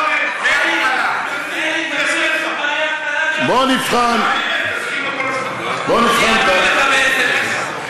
נעביר לך בסמ"ס, נסכם מה שדיברת.